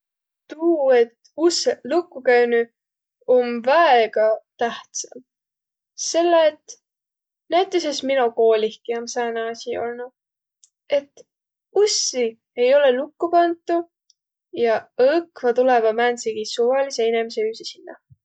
Tuu, et ussõq lukku käünüq, om väega tähtsä. Selle et näütüses mino koolihki om sääne asi olnuq, et ussi ei olõq lukku pantu jaq õkva tulõvaq määntsegiq suvalisõq inemiseq üüse sinnä.